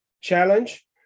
challenge